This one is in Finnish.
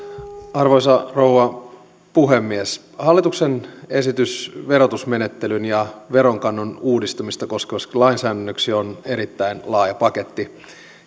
arvoisa rouva puhemies hallituksen esitys verotusmenettelyn ja veronkannon uudistamista koskevaksi lainsäädännöksi on erittäin laaja paketti